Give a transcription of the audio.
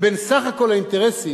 בין סך כל האינטרסים,